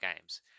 games